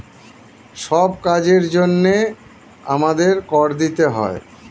সব কাজের জন্যে আমাদের কর দিতে হয়